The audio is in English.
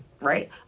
Right